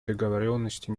договоренности